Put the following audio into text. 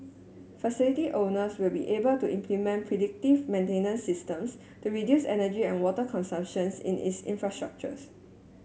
facility owners will be able to implement predictive maintenance systems to reduce energy and water consumption in its infrastructures